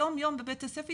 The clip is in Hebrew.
יום יום בבית הספר,